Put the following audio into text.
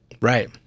right